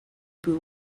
boo